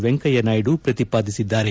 ವೆಂಕಯ್ಯ ನಾಯ್ಡು ಪ್ರತಿಪಾದಿಸಿದ್ದಾರೆ